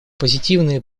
позитивные